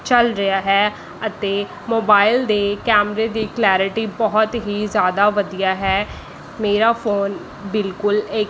ਚੱਲ ਰਿਹਾ ਹੈ ਅਤੇ ਮੋਬਾਈਲ ਦੇ ਕੈਮਰੇ ਦੀ ਕਲੈਰੀਟੀ ਬਹੁਤ ਹੀ ਜ਼ਿਆਦਾ ਵਧੀਆ ਹੈ ਮੇਰਾ ਫੋਨ ਬਿਲਕੁਲ ਇੱਕ